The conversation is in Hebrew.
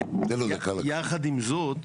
יחד עם זאת,